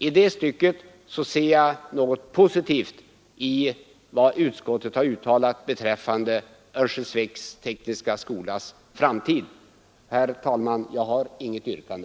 I det stycket ser jag något positivt i vad utskottet har uttalat beträffande Örnsköldsviks tekniska skolas framtid. Herr talman! Jag har inget yrkande.